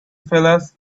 fellows